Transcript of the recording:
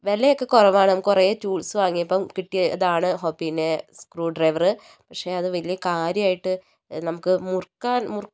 വിലയൊക്കെ കുറവാണ് കുറേ ടൂൾസ് വാങ്ങിയപ്പോൾ കിട്ടിയതാണ് പിന്നെ സ്ക്രൂഡ്രൈവർ പക്ഷേ അത് വലിയ കാര്യമായിട്ട് നമുക്ക് മുറുക്കാൻ മുറു